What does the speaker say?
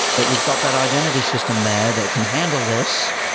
but we've got that identity system there that can handle this.